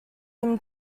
him